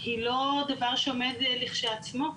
היא לא דבר שעומד לכשעצמו.